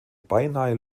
beinahe